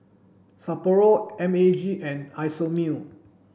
Sapporo M A G and Isomil